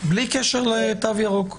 בלי קשר לתו ירוק?